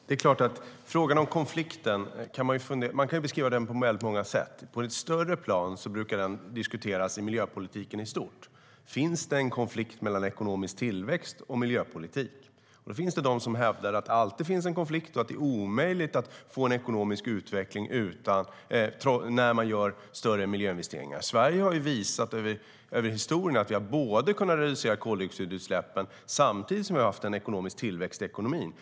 Herr talman! Frågan om konflikten kan man beskriva på många sätt. På ett större plan brukar den diskuteras i miljöpolitiken i stort. Finns det en konflikt mellan ekonomisk tillväxt och miljöpolitik? Det finns de som hävdar att det alltid finns en konflikt och att det är omöjligt att få en ekonomisk utveckling när man gör större miljöinvesteringar. Sverige har visat över historien att vi har kunnat reducera koldioxidutsläppen samtidigt som vi har haft en ekonomisk tillväxt i ekonomin.